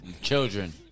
Children